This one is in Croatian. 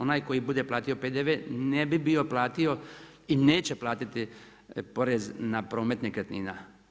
Onaj koji bude platio PDV ne bi bio platio i neće platiti porez na promet nekretnina.